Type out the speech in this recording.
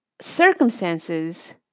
circumstances